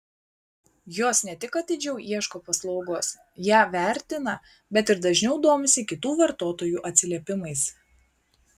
jos ne tik atidžiau ieško paslaugos ją vertina bet ir dažniau domisi kitų vartotojų atsiliepimais